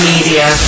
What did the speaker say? Media